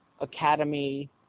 academy